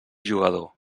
jugador